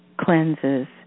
cleanses